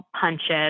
punches